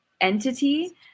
entity